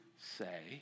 say